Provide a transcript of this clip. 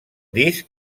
disc